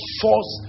force